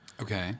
Okay